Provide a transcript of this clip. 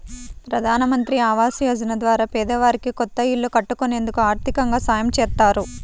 ప్రధానమంత్రి ఆవాస యోజన ద్వారా పేదవారికి కొత్త ఇల్లు కట్టుకునేందుకు ఆర్దికంగా సాయం చేత్తారు